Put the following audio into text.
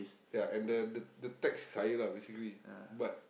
ya and then the the tax is higher lah basically but